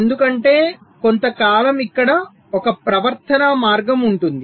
ఎందుకంటే కొంతకాలం ఇక్కడ ఒక ప్రవర్తనా మార్గం ఉంటుంది